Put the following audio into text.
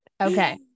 Okay